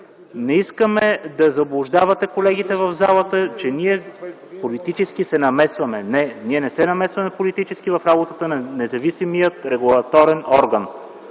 Не искаме да заблуждавате колегите в залата, че ние политически се намесваме. Не, ние не се намесваме политически в работата на независимия регулаторен орган.